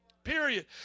Period